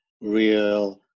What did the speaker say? real